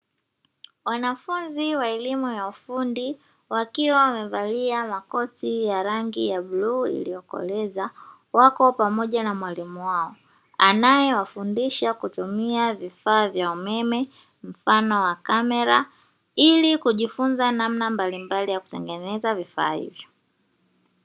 Wanafunzi wa elimu ya ufundi wakiwa wamevalia makoti ya rangi ya bluu iliyokoleza, wako pamoja na mwalimu wao. Anayewafundisha kutumia vifaa vya umeme mfano wa kamera, ili kujifunza namna mbalimbali ya kutengeneza vifaa hivyo.